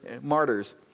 martyrs